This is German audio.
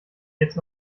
jetzt